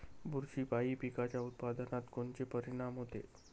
बुरशीपायी पिकाच्या उत्पादनात कोनचे परीनाम होते?